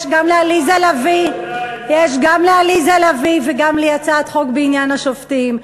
יש גם לעליזה לביא וגם לי הצעת חוק בעניין השופטים.